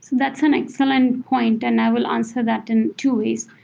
that's and so and point and i will answer that in two ways.